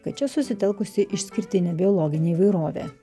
kad čia susitelkusi išskirtinė biologinė įvairovė